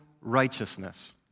righteousness